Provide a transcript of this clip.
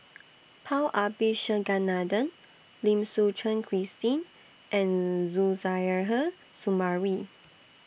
Paul Abisheganaden Lim Suchen Christine and Suzairhe Sumari